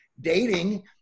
dating